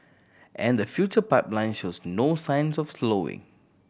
and the future pipeline shows no signs of slowing